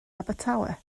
abertawe